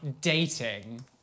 dating